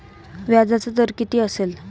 व्याजाचा दर किती असेल?